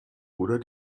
oder